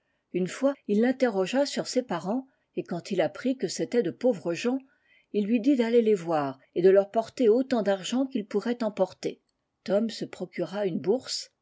une fois il l'interrogea sur ses parents et quand il apprit que c'étaient de pauvres gens il lui dit d'aller les voir et de leur porter autant d'argent qu'il pourrait en porter tom se procura une bourse